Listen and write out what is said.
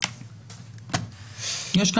יש,